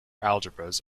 algebras